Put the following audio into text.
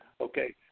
Okay